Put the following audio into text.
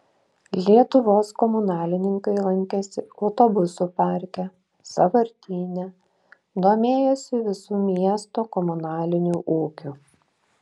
lietuvos komunalininkai lankėsi autobusų parke sąvartyne domėjosi visu miesto komunaliniu ūkiu